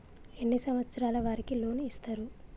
ఎన్ని సంవత్సరాల వారికి లోన్ ఇస్తరు?